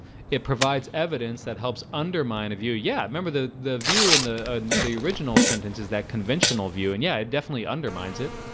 it provides evidence that helps undermine of you. yeah, remember the the view in the ah the original sentence. is that conventional view? and yeah, it definitely undermines it